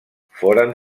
foren